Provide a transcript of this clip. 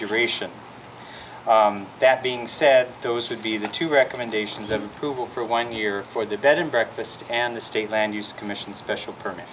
generation that being said those would be the two recommendations of google for one year for the bed and breakfast and the state land use commission special permit